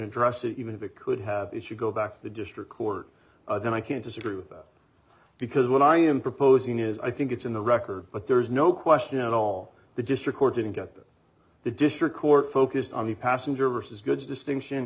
address it even if it could have it should go back to the district court and i can't disagree with that because what i am proposing is i think it's in the record but there is no question at all the district court didn't get that the district court focused on the passenger versus goods distinction